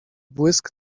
błysk